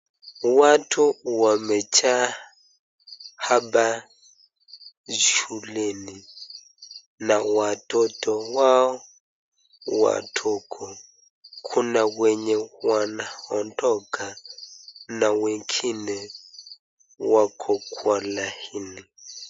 Watu wamejaa hapa shuleni na watoto wao wadogo. Kuna wenye wanaondoka na wengine wako kwenye laini.